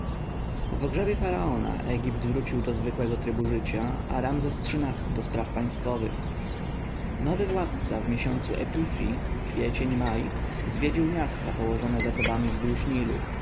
pogrzebie faraona egipt wrócił do zwykłego trybu życia a ramzes xiii-ty do spraw państwowych nowy władca w miesiącu epifi kwiecień maj zwiedził miasta położone za tebami wzdłuż